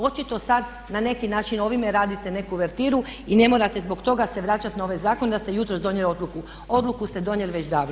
Očito sad na neki način ovime radite neku uvertiru i ne morate zbog toga se vraćati na ove zakone da ste jutros donijeli odluku, odluku ste donijeli već davno.